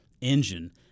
engine